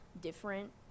different